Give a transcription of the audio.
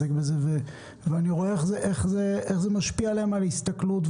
ואני רואה איך זה משפיע עליהם על ההסתכלות,